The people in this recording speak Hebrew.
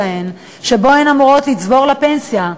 שבו הן אמורות לצבור לפנסיה,